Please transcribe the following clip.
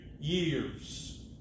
years